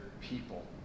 people